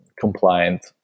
compliant